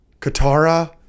katara